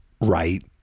right